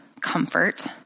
comfort